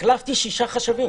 החלפתי 6 חשבים.